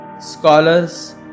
scholars